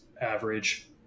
average